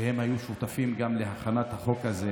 והם היו שותפים גם להכנת החוק הזה.